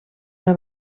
una